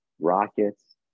rockets